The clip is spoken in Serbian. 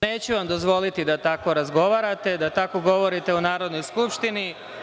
Neću vam dozvoliti da tako razgovarate, da tako govorite o Narodnoj skupštini.